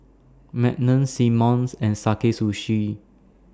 Magnum Simmons and Sakae Sushi